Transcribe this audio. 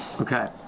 Okay